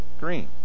green